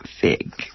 fig